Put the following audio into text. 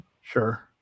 Sure